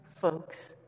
folks